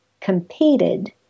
competed